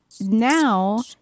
now